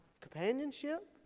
companionship